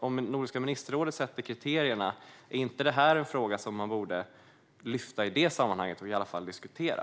Om Nordiska ministerrådet sätter upp kriterierna, är inte det här då en fråga som man borde lyfta fram i det sammanhanget och i alla fall diskutera?